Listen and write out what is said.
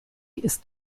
ist